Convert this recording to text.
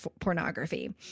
pornography